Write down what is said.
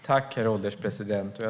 Herr ålderspresident!